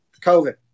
COVID